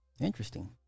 Interesting